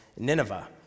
Nineveh